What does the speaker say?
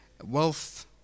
wealth